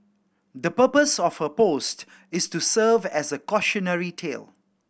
the purpose of her post is to serve as a cautionary tale